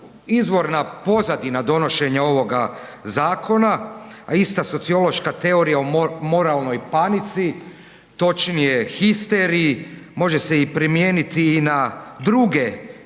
izvorna pozadina donošenja ovoga zakona, a ista sociološka teorija o moralnoj panici, točnije histeriji može se i primijeniti i na druge